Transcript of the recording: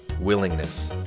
Willingness